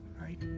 right